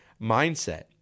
mindset